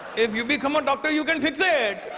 if you become a doctor you can fix it!